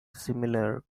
similar